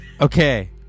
Okay